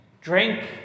Drink